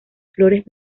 flores